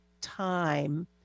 time